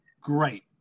great